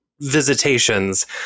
visitations